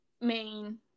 main